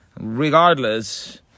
Regardless